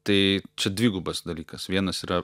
tai čia dvigubas dalykas vienas yra